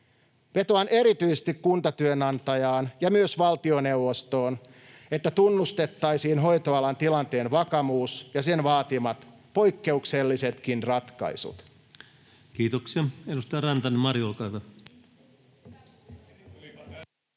Vetoan erityisesti kuntatyönantajaan ja myös valtioneuvostoon, että tunnustettaisiin hoitoalan tilanteen vakavuus ja sen vaatimat poikkeuksellisetkin ratkaisut. [Speech 19] Speaker: Ensimmäinen